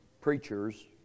preachers